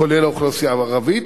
כולל האוכלוסייה הערבית,